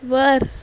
वर